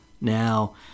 Now